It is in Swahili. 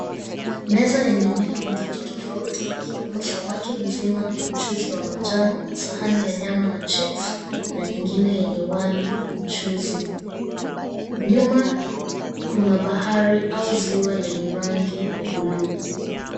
Meza yenye milo mitatu tofauti ikiwemo samaki mzima na mchuzi wa manjano sahani ya nyama na chips , na nyingine yenye wali na mchuzi. Nyuma kuna bahari au ziwa lenye rangi ya buluu.